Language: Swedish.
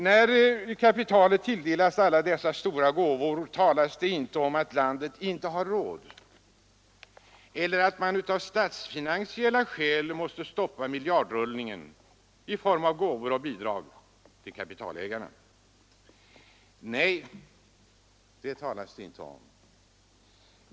När kapitalet tilldelas alla dessa stora gåvor talas det inte om att landet inte har råd eller att man av statsfinansiella skäl måste stoppa miljardrullningen i form av gåvor och bidrag till kapitalägarna. Nej, det talas det inte om.